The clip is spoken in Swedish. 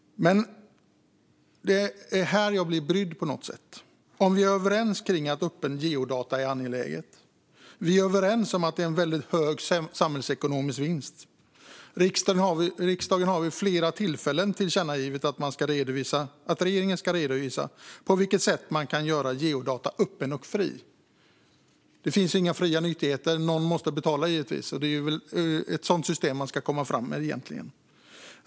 Men det är här jag blir brydd. Vi är överens om att öppna geodata är angeläget och innebär en väldigt hög samhällsekonomisk vinst. Riksdagen har vid flera tillfällen tillkännagivit att regeringen ska redovisa på vilket sätt man kan göra geodata öppna och fria. Det finns inga fria nyttigheter; någon måste givetvis betala. Det är väl ett sådant system man ska komma fram med.